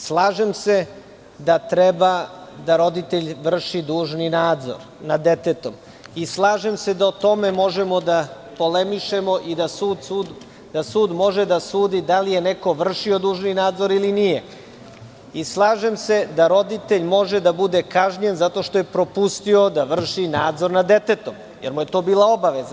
Slažem se da treba da roditelj vrši dužni nadzor nad detetom i slažem se da o tome možemo da polemišemo i da sud može da sudi da li je neko vršio dužni nadzor ili nije i slažem se da roditelj može da bude kažnjen zato što je propustio da vrši nadzor nad detetom, jer mu je to bila obaveza.